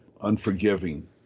unforgiving